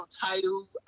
title